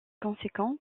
conséquent